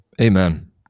Amen